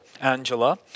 Angela